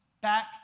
back